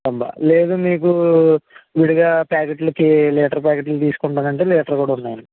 లేదు మీకు విడిగా ప్యాకెట్లకి లీటర్ ప్యాకెట్లు తీసుకుంటానంటే లీటర్ కూడా ఉన్నాయండి